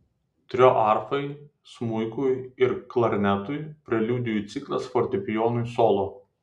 trio arfai smuikui ir klarnetui preliudijų ciklas fortepijonui solo